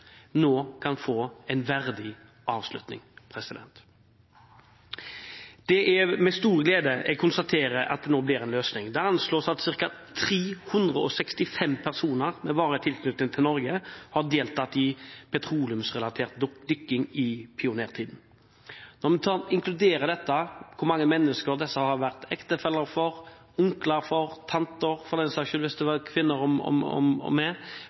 nå kan få en verdig avslutning. Det er med stor glede jeg konstaterer at det nå blir en løsning. Det anslås at ca. 365 personer med varig tilknytning til Norge har deltatt i petroleumsrelatert dykking i pionertiden. Når vi inkluderer hvor mange mennesker disse har vært ektefeller, onkler, tanter – for den saks skyld, hvis det var kvinner med